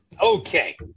Okay